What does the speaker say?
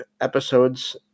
episodes